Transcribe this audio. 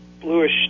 bluish